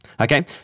Okay